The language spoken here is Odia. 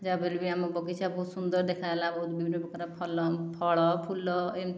ଯାହାଫଳରେ କି ଆମ ବଗିଚା ବହୁତ ସୁନ୍ଦର ଦେଖାଗଲା ବହୁତ ବିଭିନ୍ନ ପ୍ରକାର ଫଲ ଫଳ ଫୁଲ ଏମିତି